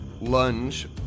lunge